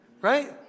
right